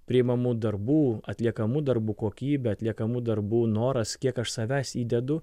priimamų darbų atliekamų darbų kokybė atliekamų darbų noras kiek aš savęs įdedu